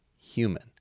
human